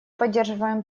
поддерживаем